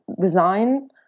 design